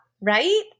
right